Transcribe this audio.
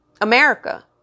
America